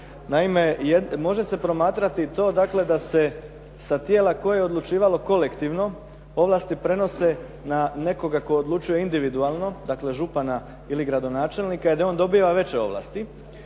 Naime, može se promatrati to dakle da se sa tijela koje je odlučivalo kolektivno ovlasti prenose na nekoga tko odlučuje individualno, dakle župana ili gradonačelnika, jer je on dobio veće ovlasti